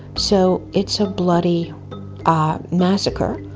so it's a bloody ah massacre.